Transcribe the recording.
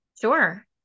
Sure